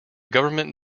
government